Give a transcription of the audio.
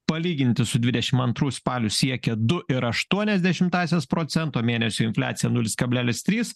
palyginti su dvidešim antrųjų spaliu siekė du ir aštuonias dešimtąsias procento mėnesio infliacija nulis kablelis trys